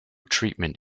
treatment